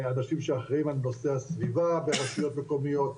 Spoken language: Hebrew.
אנשים שאחראיים על נושא הסביבה ורשויות מקומיות,